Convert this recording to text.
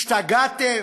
השתגעתם?